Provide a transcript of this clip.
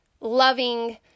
loving